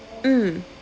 mm